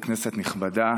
כנסת נכבדה,